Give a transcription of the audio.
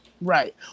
Right